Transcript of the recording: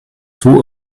two